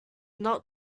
not